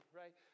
right